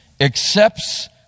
accepts